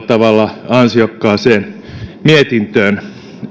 tavalla ansiokkaaseen mietintöön